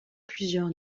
plusieurs